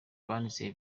banditse